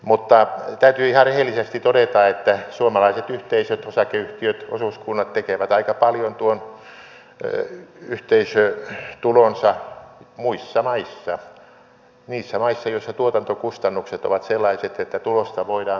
mutta täytyy ihan rehellisesti todeta että suomalaiset yhteisöt osakeyhtiöt osuuskunnat tekevät aika paljon tuon yhteisötulonsa muissa maissa niissä maissa joissa tuotantokustannukset ovat sellaiset että tulosta voidaan tehdä